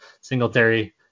Singletary